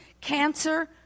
cancer